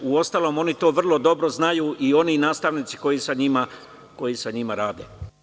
Uostalom oni to vrlo dobro znaju i oni nastavnici koji sa njima rade.